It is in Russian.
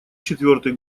четвёртый